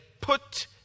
put